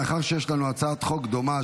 מאחר שיש לנו הצעת חוק דומה,